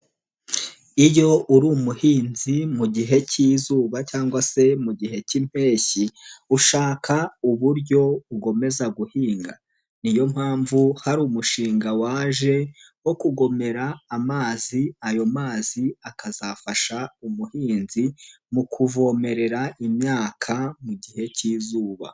Iyo uri umuhinzi mu gihe k'izuba cyangwa se mu gihe k'impeshyi ushaka uburyo ugomeza guhinga, niyo mpamvu hari umushinga waje wo kugomera amazi ayo mazi akazafasha umuhinzi mu kuvomerera imyaka mu gihe k'izuba.